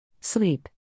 sleep